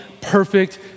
perfect